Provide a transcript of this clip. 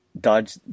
Dodge